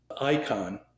icon